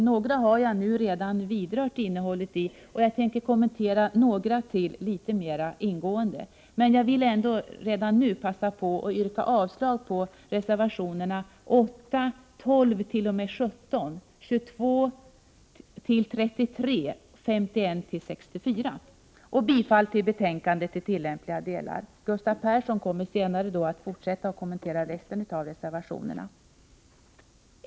Några har jag redan vidrört innehållet i, och jag skall kommentera ytterligare några litet mera ingående. Jag vill redan nu passa på att yrka avslag på reservationerna 8, 12-17, 22-33 samt 51-64 och bifall till utskottets hemställan i tillämpliga delar. Gustav Persson kommer senare att kommentera resten av reservationerna.